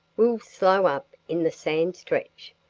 will slow up in the sand stretch.